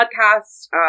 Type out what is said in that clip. podcast